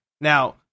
now